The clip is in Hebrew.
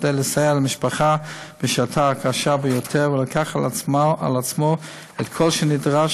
כדי לסייע למשפחה בשעתה הקשה ביותר ולקח על עצמו את כל שנדרש,